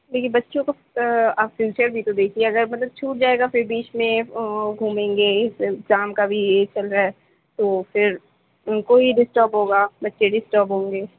دیکھیے بچوں کو آپ فیچر بھی تو دیکھیے اگر مطلب چُھوٹ جائے گا پھر بیچ میں وہ گُھومیں گے اِس ایگزام کا بھی یہی چل رہا ہے تو پھر اُن کو ہی ڈسٹرپ ہوگا بچے ڈسٹرپ ہوں گے